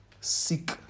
seek